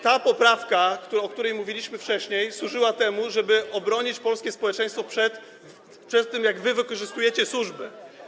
Ta poprawka, o której mówiliśmy wcześniej, służyła temu, żeby obronić polskie społeczeństwo przed tym, jak wykorzystujecie służby.